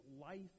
life